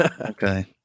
Okay